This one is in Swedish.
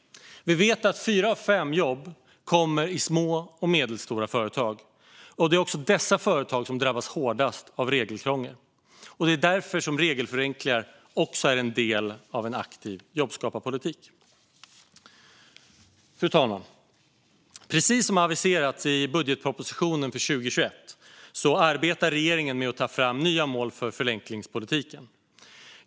Vi vet att fyra av fem jobb kommer i små och medelstora företag. Det är också dessa företag som drabbas hårdast av regelkrångel. Det är därför som regelförenklingar också är en del av en aktiv jobbskaparpolitik. Fru talman! Precis som aviserats i budgetpropositionen för 2021 arbetar regeringen med att ta fram nya mål för förenklingspolitiken.